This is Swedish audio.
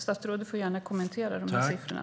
Statsrådet får gärna kommentera de siffrorna.